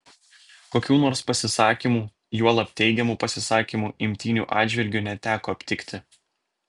kokių nors pasisakymų juolab teigiamų pasisakymų imtynių atžvilgiu neteko aptikti